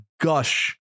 gush